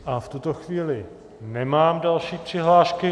V tuto chvíli nemám další přihlášky.